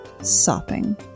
sopping